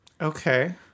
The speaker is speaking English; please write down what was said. Okay